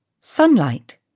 Sunlight